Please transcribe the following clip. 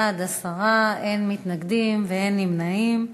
בעד, 10, אין מתנגדים ואין נמנעים.